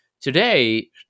today